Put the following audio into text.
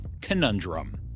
Conundrum